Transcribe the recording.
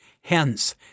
Hence